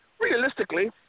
realistically